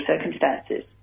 circumstances